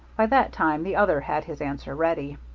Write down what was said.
by that time the other had his answer ready.